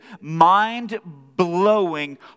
mind-blowing